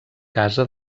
casa